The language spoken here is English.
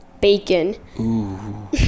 bacon